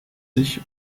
sich